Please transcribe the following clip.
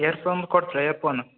year phone ಕೊಟ್ಟರೆ year phone